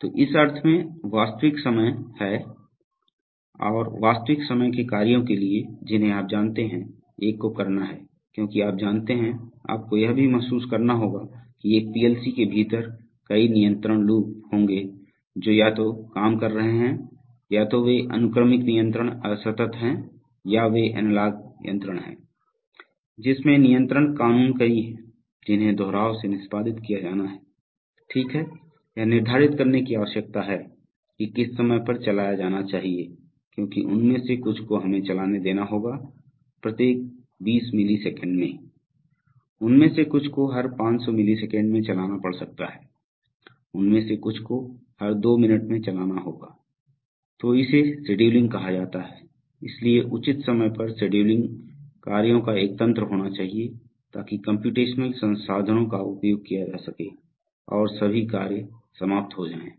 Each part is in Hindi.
तो इस अर्थ में वास्तविक समय हैं और वास्तविक समय के कार्यों के लिए जिन्हें आप जानते हैं एक को करना है क्योंकि आप जानते हैं आपको यह भी महसूस करना होगा कि एक पीएलसी के भीतर कई नियंत्रण लूप होंगे जो या तो काम कर रहे हैं या तो वे अनुक्रमिक नियंत्रण असतत हैं या वे एनालॉग यंत्रण हैं जिसमे नियंत्रण कानून कई हैं जिन्हें दोहराव से निष्पादित किया जाना है ठीक है यह निर्धारित करने की आवश्यकता है कि किस समय पर चलाया जाना चाहिए क्योंकि उनमें से कुछ को हमें चलाने देना होगा प्रत्येक 20 मिलीसेकंड में उनमें से कुछ को हर 500 मिलीसेकंड में चलाना पड़ सकता है उनमें से कुछ को हर दो मिनट में चलाना होगा तो इसे शेड्यूलिंग कहा जाता है इसलिए उचित समय पर शेड्यूलिंग कार्यों का एक तंत्र होना चाहिए ताकि कम्प्यूटेशनल Computational संसाधनों का उपयोग किया जा सके और सभी कार्य समाप्त हो जाएं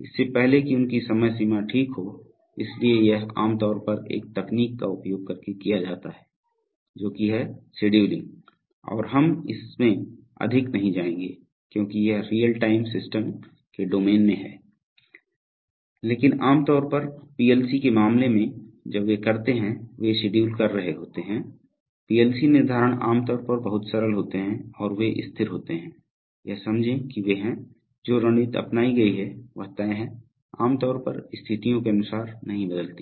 इससे पहले कि उनकी समय सीमा ठीक हो इसलिए यह आमतौर पर एक तकनीक का उपयोग करके किया जाता है जोकि है शेड्यूलिंग और हम इसमें अधिक नहीं जाएंगे क्योंकि यह रियल टाइम सिस्टम के डोमेन में है लेकिन आम तौर पर पीएलसी के मामले में जब वे करते हैं वे शेड्यूल कर रहे होते हैं पीएलसी निर्धारण आमतौर पर बहुत सरल होते हैं और वे स्थिर होते हैं यह समझे कि वे हैं जो रणनीति अपनाई गई है वह तय हैआम तौर पर स्थितियों के अनुसार नहीं बदलती है